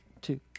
two